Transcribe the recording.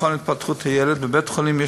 למכון להתפתחות הילד בבית-החולים יש